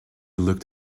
looked